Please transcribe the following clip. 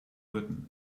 britain